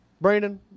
Brandon